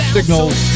Signals